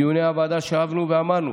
בדיוני הוועדה שבנו ואמרנו